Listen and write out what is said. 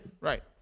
Right